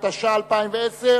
התש"ע 2010,